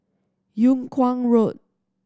Yung Kuang Road